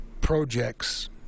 projects